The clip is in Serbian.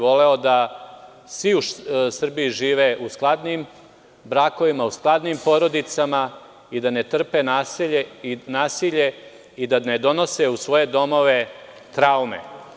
Voleo bih da svi u Srbiji žive u skladnim brakovima, u skladnim porodicama, i da ne trpe nasilje, i da ne donose u svoje domove traume.